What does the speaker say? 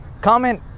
comment